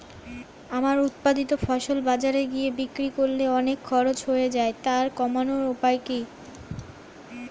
আমার উৎপাদিত ফসল বাজারে গিয়ে বিক্রি করলে অনেক খরচ হয়ে যায় তা কমানোর উপায় কি?